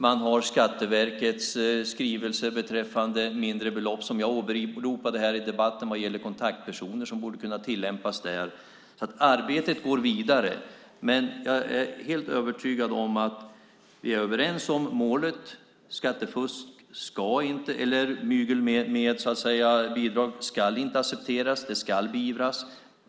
Man har Skatteverkets skrivelse beträffande mindre belopp som jag åberopade här i debatten vad gäller kontaktpersoner som borde kunna tillämpas där. Arbetet går vidare. Jag är helt övertygad om att vi är överens om målet. Mygel med bidrag ska inte accepteras. Det ska beivras.